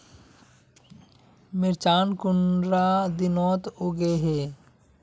मिर्चान कुंडा दिनोत उगैहे?